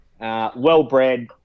well-bred